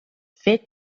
fet